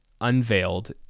unveiled